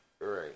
Right